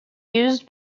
used